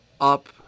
up